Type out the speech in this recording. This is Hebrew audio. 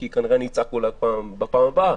כי אולי אני אצעק אולי בפעם הבאה